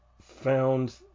found